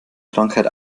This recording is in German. krankheit